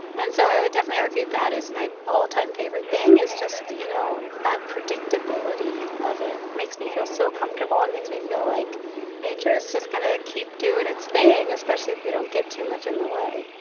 and so i would definitely argue that is my all-time favorite thing is just, you know, that predictability of it makes me feel so comfortable and makes me feel like nature is just going to keep doing its thing, especially if we don't get too much in the way